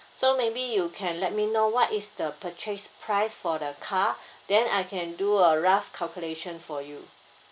so maybe you can let me know what is the purchase price for the car then I can do a rough calculation for you